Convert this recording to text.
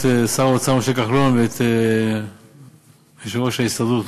את שר האוצר משה כחלון ואת יושב-ראש ההסתדרות